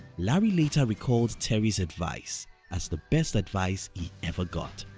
larry later recalled terry's advice as the best advice he ever got.